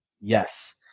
Yes